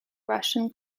russian